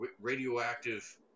radioactive